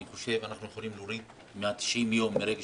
אני חושב שאנחנו יכולים להוריד מה-90 יום מרגע